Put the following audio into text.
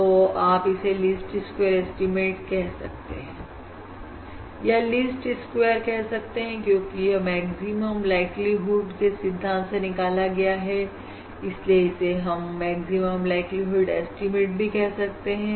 तो आप इसे लीस्ट स्क्वेयर एस्टीमेट कह सकते हैं या लीस्ट स्क्वेयर कह सकते हैं क्योंकि यह मैक्सिमम लाइक्लीहुड के सिद्धांत से निकाला गया है इसीलिए इसे हम मैक्सिमम लाइक्लीहुड ऐस्टीमेट भी कह सकते हैं